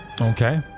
Okay